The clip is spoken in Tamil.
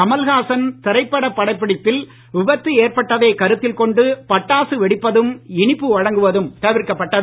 கமல்ஹாசன் திரைப்பட படப்பிடிப்பில் விபத்து ஏற்பட்டதை கருத்தில் கொண்டு பட்டாசு வெடிப்பதும் இனிப்பு வழங்குவதும் தவிர்க்கப்பட்டது